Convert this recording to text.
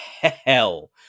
hell